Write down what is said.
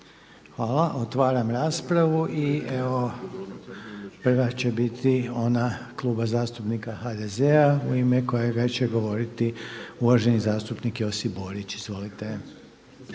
Hvala. Otvaram raspravu. Prva će biti ona Kluba zastupnika HDZ-a u ime kojega će govoriti uvaženi zastupnik Josip Borić. Oprostite,